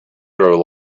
grow